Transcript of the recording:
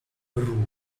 broom